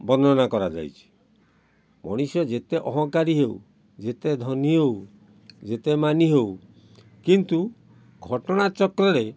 ବର୍ଣ୍ଣନା କରାଯାଇଛି ମଣିଷ ଯେତେ ଅହଙ୍କାରୀ ହେଉ ଯେତେ ଧନୀ ହେଉ ଯେତେ ମାନି ହେଉ କିନ୍ତୁ ଘଟଣା ଚକ୍ରରେ